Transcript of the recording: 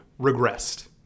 regressed